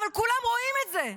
אבל כולם רואים את זה,